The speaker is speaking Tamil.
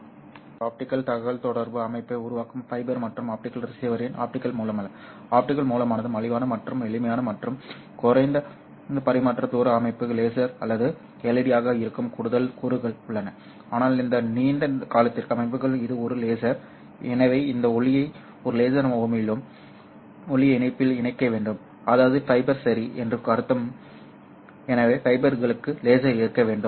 நிச்சயமாக இது ஒரு ஆப்டிகல் தகவல்தொடர்பு அமைப்பை உருவாக்கும் ஃபைபர் மற்றும் ஆப்டிகல் ரிசீவரின் ஆப்டிகல் மூலமல்ல ஆப்டிகல் மூலமானது மலிவான மற்றும் எளிமையான மற்றும் குறைந்த பரிமாற்ற தூர அமைப்புக்கு லேசர் அல்லது LED ஆக இருக்கும் கூடுதல் கூறுகள் உள்ளன ஆனால் நீண்ட காலத்திற்கு அமைப்புகள் இது ஒரு லேசர் எனவே இந்த ஒளியை ஒரு லேசர் உமிழும் ஒளியை இணைப்பில் இணைக்க வேண்டும் அதாவது ஃபைபர் சரி என்று அர்த்தம் எனவே ஃபைபர் கப்ளருக்கு லேசர் இருக்க வேண்டும்